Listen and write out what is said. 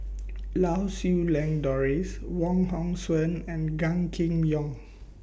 Lau Siew Lang Doris Wong Hong Suen and Gan Kim Yong